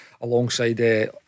alongside